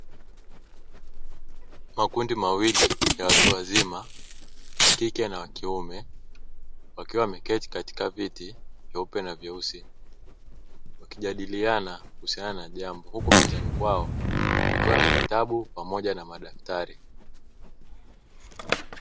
Makundi mawili ya watu wazima wa kike na wa kiume wakiwa wameketi katika viti vyeupe na vyeusi wakijadiliana kuhusiana na jambo, huku mezani kwao kukiwa na vitabu pamoja na madaftari.